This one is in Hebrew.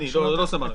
גמרנו.